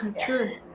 True